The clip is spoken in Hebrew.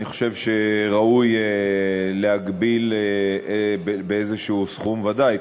אני חושב שראוי להגביל בסכום, ודאי.